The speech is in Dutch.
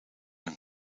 een